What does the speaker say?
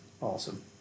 awesome